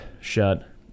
shut